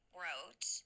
wrote